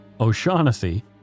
O'Shaughnessy